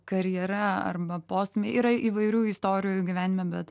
karjera arba posmai yra įvairių istorijų gyvenime bet